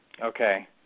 Okay